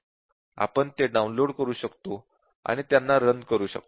आपण ते डाउनलोड करू शकतो आणि त्यांना रन करू शकतो